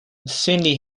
cindy